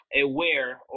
aware